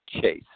chase